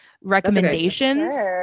recommendations